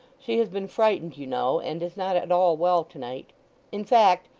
she has been frightened, you know, and is not at all well to-night in fact,